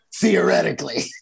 Theoretically